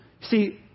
See